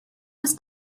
ist